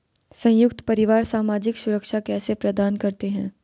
संयुक्त परिवार सामाजिक सुरक्षा कैसे प्रदान करते हैं?